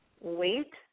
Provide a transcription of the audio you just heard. wait